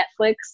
netflix